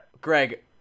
Greg